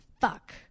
fuck